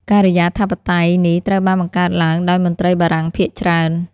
ការិយាធិបតេយ្យនេះត្រូវបានបង្កើតឡើងដោយមន្ត្រីបារាំងភាគច្រើន។